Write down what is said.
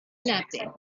nothing